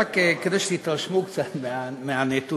רק כדי שתתרשמו קצת מהנתונים: